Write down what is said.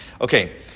Okay